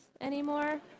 anymore